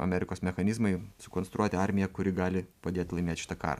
amerikos mechanizmai sukonstruoti armiją kuri gali padėt laimėt šitą karą